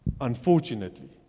unfortunately